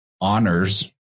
honors